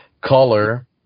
Color